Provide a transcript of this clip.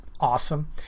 awesome